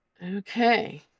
okay